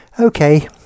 Okay